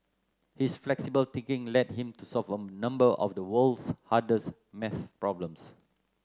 his flexible thinking led him to solve a number of the world's hardest maths problems